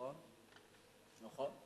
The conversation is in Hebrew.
נכון.